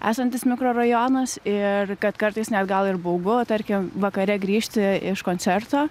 esantis mikrorajonas ir kad kartais net gal ir baugu tarkim vakare grįžti iš koncerto